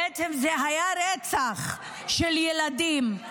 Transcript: בעצם זה היה רצח של ילדים,